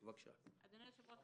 אדוני היושב-ראש,